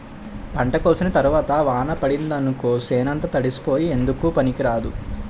పంట కోసిన తరవాత వాన పడిందనుకో సేనంతా తడిసిపోయి ఎందుకూ పనికిరాదు